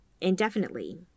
indefinitely